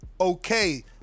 okay